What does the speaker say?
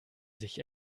sich